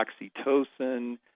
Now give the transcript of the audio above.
oxytocin